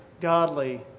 godly